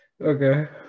Okay